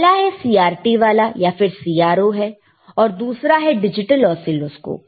पहला है CRT वाला या फिर CRO है और दूसरा है डिजिटल ऑसीलोस्कोप